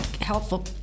helpful